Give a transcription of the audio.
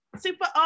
super